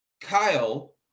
Kyle